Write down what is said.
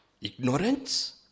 Ignorance